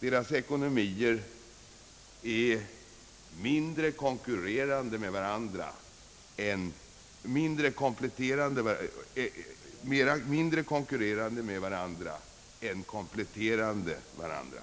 Deras ekonomier är mera konkurrerande med varandra än kompletterande varandra.